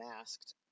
asked